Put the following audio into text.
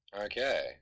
okay